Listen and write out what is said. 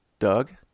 Doug